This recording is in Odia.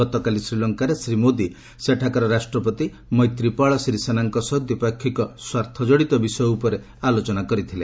ଗତକାଲି ଶ୍ରୀଲଙ୍କାରେ ଶ୍ରୀ ମୋଦି ସେଠାକାର ରାଷ୍ଟ୍ରପତି ମୈତ୍ରୀପାଳ ଶିରିସେନାଙ୍କ ସହ ଦ୍ୱିପାକ୍ଷିକ ସ୍ୱାର୍ଥଜଡ଼ିତ ବିଷୟ ଉପରେ ଆଲୋଚନା କରିଥିଲେ